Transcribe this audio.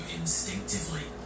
instinctively